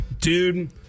dude